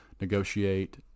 negotiate